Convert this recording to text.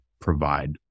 provide